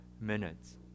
minutes